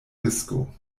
risko